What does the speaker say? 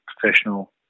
professional